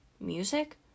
music